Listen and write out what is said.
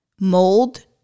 mold